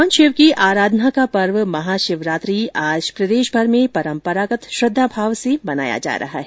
भगवान शिवर की आराधना का पर्व महाशिवरात्रि आज प्रदेशभर में परम्परागत श्रद्दाभाव से मनाया जा रहा है